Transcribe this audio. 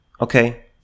okay